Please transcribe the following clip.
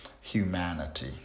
humanity